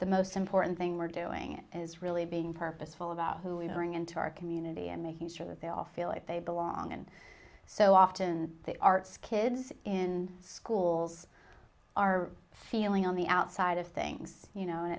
the most important thing we're doing is really being purposeful about who we are going into our community and making sure that they offer a life they belong and so often they are kids in schools are feeling on the outside of things you know